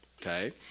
okay